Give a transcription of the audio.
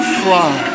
fly